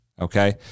Okay